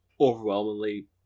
overwhelmingly